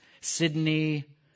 Sydney